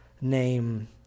name